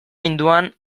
hinduan